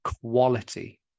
quality